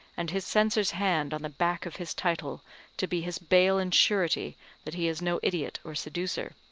and his censor's hand on the back of his title to be his bail and surety that he is no idiot or seducer,